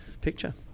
picture